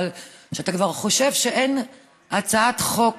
אבל כשאתה כבר חושב שאין הצעת חוק